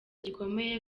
gikomeye